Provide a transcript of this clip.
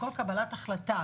כל קבלת החלטה,